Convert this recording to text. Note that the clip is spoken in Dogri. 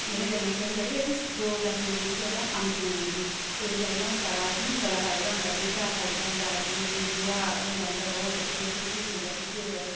ओह्दे कन्नै केह् होंदा के असें गी दो पैसे दी जेह्की ऐ तां औंदन आई जंदी ते इसदे कन्नै साढ़ा असें गी बड़ा फायदा होंदा दुद्ध दा फायदा होंदा जि'यां कि गोहा होंदा इंदा ता ओह् फसलें च बंदा उसी सु्ट्टी ओड़दा